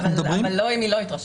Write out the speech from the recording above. אבל לא, אם היא לא התרשלה.